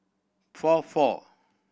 four four